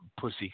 Pussy